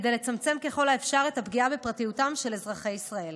כדי לצמצם ככל האפשר את הפגיעה בפרטיותם של אזרחי ישראל.